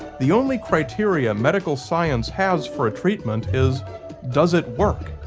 the only criteria medical science has for a treatment is does it work.